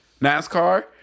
nascar